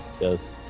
Yes